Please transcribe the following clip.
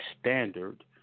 standard